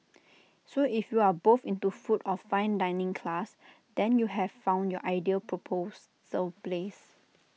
so if you are both into food of fine dining class then you have found your ideal proposal place